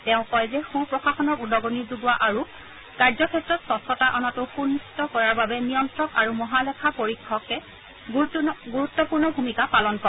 তেওঁ কয় যে সূ প্ৰশাসনক উদ্গণি যোগোৱা আৰু কাৰ্যক্ষেত্ৰত স্বচ্ছতা অনাটো সুনিশ্চিত কৰাৰ বাবে নিয়ন্ত্ৰক আৰু মহালেখা পৰীক্ষক গুৰুত্বপূৰ্ণ ভূমিকা পালন কৰে